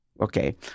Okay